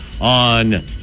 on